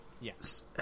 yes